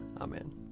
Amen